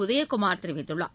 உதயகுமார் தெரிவித்துள்ளார்